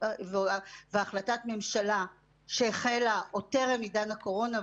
והחלטת ממשלה שהחלה עוד טרם עידן הקורונה,